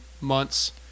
months